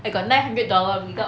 I got nine hundred dollar without